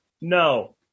No